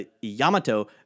Yamato